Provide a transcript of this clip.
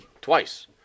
twice